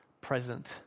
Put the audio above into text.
present